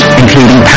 including